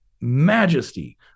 majesty